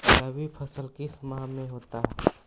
रवि फसल किस माह में होता है?